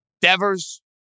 Devers